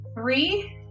three